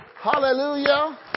Hallelujah